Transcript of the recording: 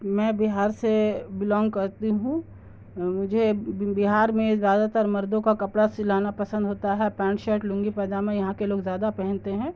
میں بہار سے بلانگ کرتی ہوں مجھے بہار میں زیادہ تر مردوں کا کپڑا سلانا پسند ہوتا ہے پینٹ شرٹ لنگی پاجامہ یہاں کے لوگ زیادہ پہنتے ہیں